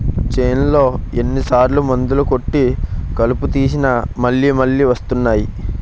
చేన్లో ఎన్ని సార్లు మందులు కొట్టి కలుపు తీసినా మళ్ళి మళ్ళి వస్తున్నాయి